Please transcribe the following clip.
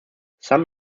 some